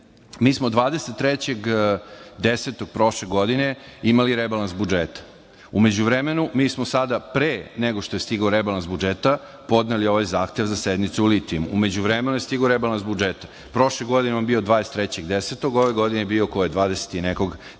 Mi smo 23.10. prošle godine imali rebalans budžeta. U međuvremenu mi smo, sada pre nego što je stigao rebalans budžeta, podneli ovaj zahtev za sednicu o litijumu. U međuvremenu je stigao rebalans budžeta. Prošle godine on je bio 23.10, ove godine je bio dvadeset